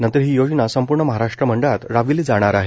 नंतर ही योजना संपूर्ण महाराष्ट्र मंडळात राबविली जाईल